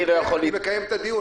תראה, אני מקיים את הדיון.